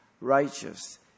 righteous